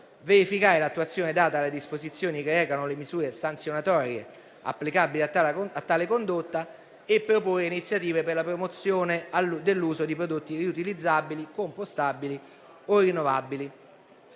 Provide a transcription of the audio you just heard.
verificare l'attuazione data alle disposizioni che recano misure sanzionatorie applicabili a tale condotta e proporre iniziative per la promozione dell'uso di prodotti riutilizzabili compostabili o rinnovabili.